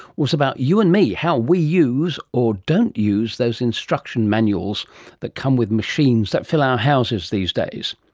was about you and me, how we use or don't use those instruction manuals that come with machines that fill our houses these days.